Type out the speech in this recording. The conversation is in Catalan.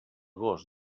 gos